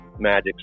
magic